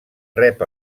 rep